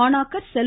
மாணாக்கர் செல்